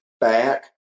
back